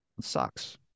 sucks